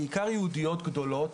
בעיקר יהודיות גדולות,